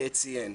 ציין.